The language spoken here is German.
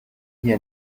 hier